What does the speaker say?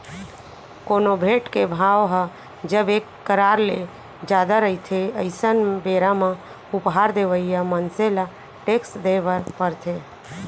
कोनो भेंट के भाव ह जब एक करार ले जादा रहिथे अइसन बेरा म उपहार देवइया मनसे ल टेक्स देय बर परथे